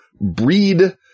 breed